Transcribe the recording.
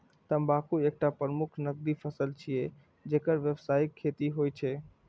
तंबाकू एकटा प्रमुख नकदी फसल छियै, जेकर व्यावसायिक खेती होइ छै